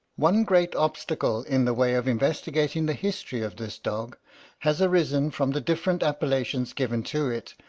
one great obstacle in the way of investigating the history of this dog has arisen from the different appellations given to it,